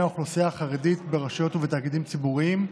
האוכלוסייה החרדית ברשויות ובתאגידים ציבוריים,